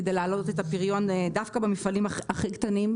כדי להעלות את הפריון דווקא במפעלים הכי קטנים,